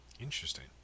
Interesting